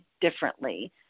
differently